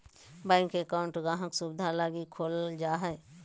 bank account गाहक़ के सुविधा लगी खोलल जा हय